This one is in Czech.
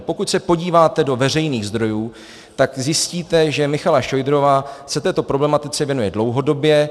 Pokud se podíváte do veřejných zdrojů, tak zjistíte, že Michaela Šojdrová se této problematice věnuje dlouhodobě.